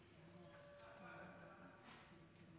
når jeg